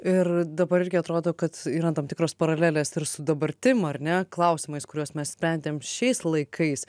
ir dabar irgi atrodo kad yra tam tikros paralelės ir su dabartim ar ne klausimais kuriuos mes sprendėm šiais laikais